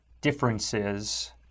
differences